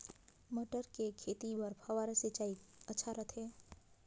मटर के खेती बर फव्वारा वाला सिंचाई अच्छा रथे?